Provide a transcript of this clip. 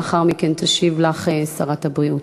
לאחר מכן תשיב לך שרת הבריאות.